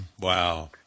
Wow